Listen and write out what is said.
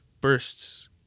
bursts